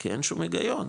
כי אין שום הגיון,